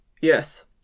Yes